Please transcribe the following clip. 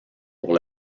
pour